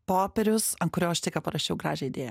popierius ant kurio aš tik ką parašiau gražią idėją